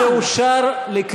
החוק הזה כבר אושר על-ידי המליאה.